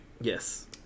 Yes